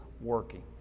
working